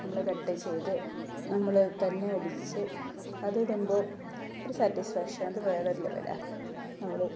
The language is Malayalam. നമ്മള് കട്ട് ചെയ്ത് നമ്മള് തന്നെ അടിച്ച് അതിടുമ്പോള് ഒരു സാറ്റിസ്ഫാക്ഷൻ അത് വേറെയൊരു ലെവലാണ് നമ്മള്